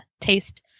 taste